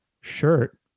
shirt